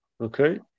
Okay